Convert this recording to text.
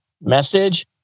message